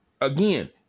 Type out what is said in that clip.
Again